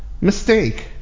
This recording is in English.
mistake